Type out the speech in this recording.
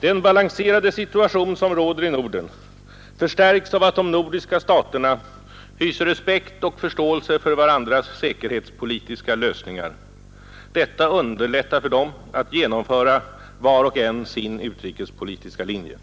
Den balanserade situation som råder i Norden förstärks av att de nordiska staterna hyser respekt och förståelse för varandras säkerhetspolitiska lösningar. Detta underlättar för dem att genomföra var och en sin utrikespolitiska linje.